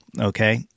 Okay